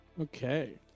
Okay